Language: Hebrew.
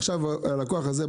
עכשיו הלקוח הזה,